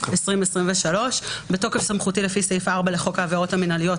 התשפ"ג-2023 בתוקף סמכותי לפי סעיף 4 לחוק העבירות המינהליות,